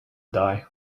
die